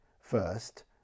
First